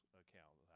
account